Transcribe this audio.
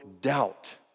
doubt